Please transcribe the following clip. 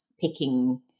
picking